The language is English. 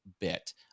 bit